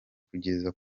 kugeza